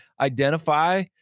identify